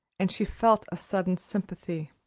and she felt a sudden sympathy.